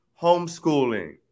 homeschooling